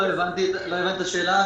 לא הבנתי את השאלה,